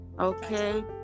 Okay